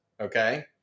Okay